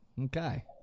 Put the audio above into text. Okay